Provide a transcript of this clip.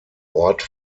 ort